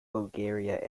bulgaria